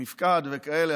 מפקד וכאלה,